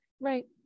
right